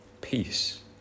peace